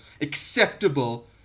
acceptable